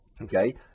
okay